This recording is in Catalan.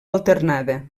alternada